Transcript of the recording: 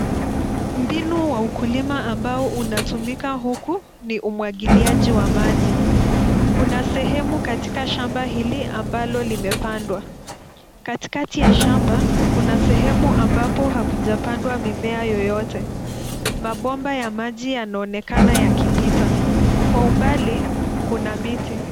Mbinu wa ukulima ambao unatimika huku ni umwagiliaji wa maji, kuna sehemu katika shamba hili ambalo limepandwa. Katikati la shamba kuna sehemu ambapo hakujapandwa mimea yoyote, mabomba ya maji yanaonekana yakipita, kwa umbali kuna miti.